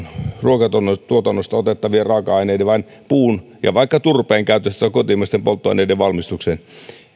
ruokatuotannosta otettavien raaka aineiden vaan puun ja vaikka turpeen käyttö kotimaisten polttoaineiden valmistukseen